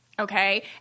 Okay